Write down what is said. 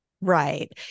Right